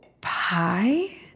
pie